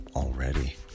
Already